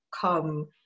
come